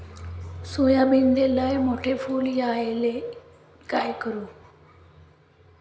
सोयाबीनले लयमोठे फुल यायले काय करू?